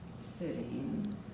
sitting